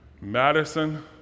Madison